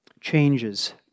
changes